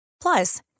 Plus